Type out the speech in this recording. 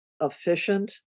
efficient